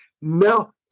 Now